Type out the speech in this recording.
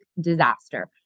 disaster